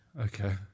okay